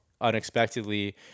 unexpectedly